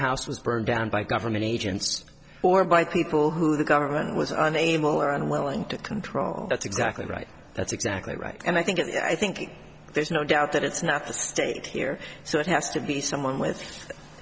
house was burned down by government agents or by people who the government was unable or unwilling to control that's exactly right that's exactly right and i think it's i think there's no doubt that it's not the state here so it has to be someone w